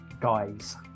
guys